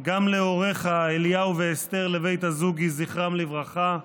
גם להוריך, אליהו ואסתר לבית אזוגי, זכרם לברכה,